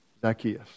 Zacchaeus